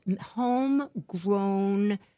homegrown